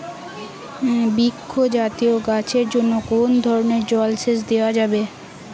বৃক্ষ জাতীয় গাছের জন্য কোন ধরণের জল সেচ দেওয়া যাবে?